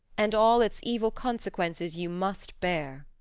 and all its evil consequences you must bear.